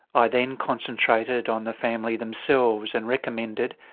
i then concentrated on the family themselves and recommended,